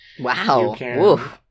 Wow